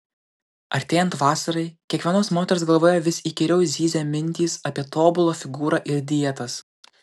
artėjant vasarai kiekvienos moters galvoje vis įkyriau zyzia mintys apie tobulą figūrą ir dietas